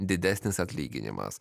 didesnis atlyginimas